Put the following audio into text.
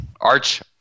arch